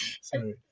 Sorry